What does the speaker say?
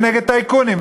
ונגד טייקונים,